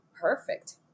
perfect